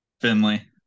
Finley